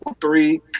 three